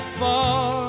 far